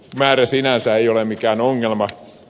kuntamäärä sinänsä ei ole mikään ongelma